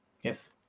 Yes